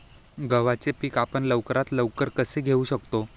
गव्हाचे पीक आपण लवकरात लवकर कसे घेऊ शकतो?